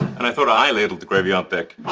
and i thought i ladled the gravy on thick.